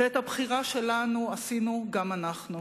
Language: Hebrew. ואת הבחירה שלנו עשינו גם אנחנו.